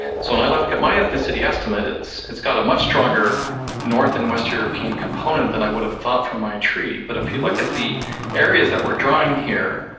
so when i look look at my ethnicity estimate, it's it's got a much stronger north and western european component than i would've thought for my tree. but if you look at the areas that we're drawing here,